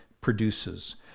produces